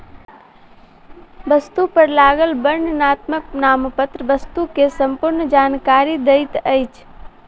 वस्तु पर लागल वर्णनात्मक नामपत्र वस्तु के संपूर्ण जानकारी दैत अछि